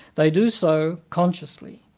they do so consciously,